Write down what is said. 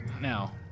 Now